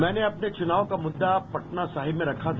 मैंने अपने चुनाव का मुद्दा पटना साहिब में रखा था